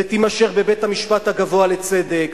ותימשך בבית-המשפט הגבוה לצדק,